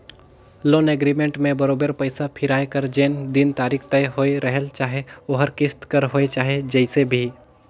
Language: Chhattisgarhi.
लोन एग्रीमेंट में बरोबेर पइसा फिराए कर जेन दिन तारीख तय होए रहेल चाहे ओहर किस्त कर होए चाहे जइसे भी